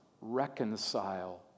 reconcile